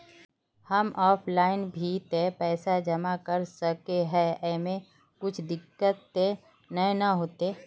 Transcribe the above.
हम ते ऑफलाइन भी ते पैसा जमा कर सके है ऐमे कुछ दिक्कत ते नय न होते?